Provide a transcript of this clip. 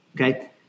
Okay